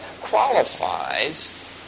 qualifies